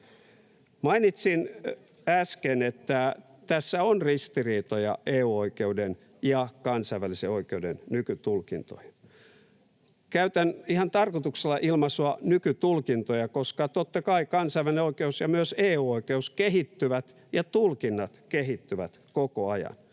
Mainitsin äsken, että tässä on ristiriitoja EU-oikeuden ja kansainvälisen oikeuden nykytulkintoihin. Käytän ihan tarkoituksella ilmaisua ”nykytulkintoja”, koska totta kai kansainvälinen oikeus ja myös EU-oikeus kehittyvät ja tulkinnat kehittyvät koko ajan.